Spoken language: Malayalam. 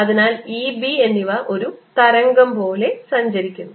അതിനാൽ E B എന്നിവ ഒരു തരംഗം പോലെ സഞ്ചരിക്കുന്നു